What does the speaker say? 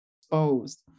exposed